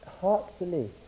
heartfully